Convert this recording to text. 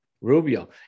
Rubio